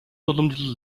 уламжлал